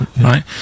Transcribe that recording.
right